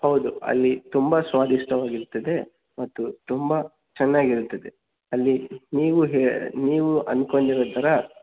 ಹೌದು ಅಲ್ಲಿ ತುಂಬ ಸ್ವಾದಿಷ್ಟವಾಗಿರುತ್ತದೆ ಮತ್ತು ತುಂಬ ಚೆನ್ನಾಗಿರುತ್ತದೆ ಅಲ್ಲಿ ನೀವು ಹೇ ನೀವು ಅಂದ್ಕೊಂಡಿರೋ ಥರ